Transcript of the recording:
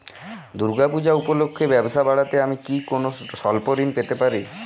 দূর্গা পূজা উপলক্ষে ব্যবসা বাড়াতে আমি কি কোনো স্বল্প ঋণ পেতে পারি?